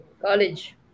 college